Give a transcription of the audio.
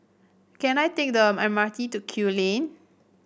can I take the M R T to Kew Lane